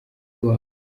iwabo